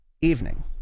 evening